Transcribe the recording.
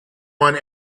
want